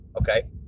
okay